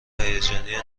هیجانی